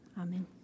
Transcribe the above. amen